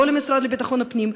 לא למשרד לביטחון הפנים,